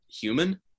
human